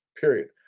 period